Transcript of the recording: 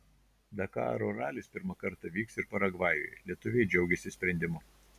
dakaro ralis pirmą kartą vyks ir paragvajuje lietuviai džiaugiasi sprendimu